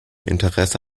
interesse